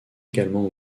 également